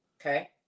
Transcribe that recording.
Okay